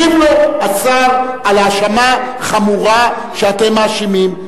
משיב לו השר על האשמה חמורה שאתם מאשימים.